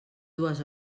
dues